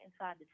inside